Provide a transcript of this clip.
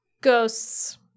ghosts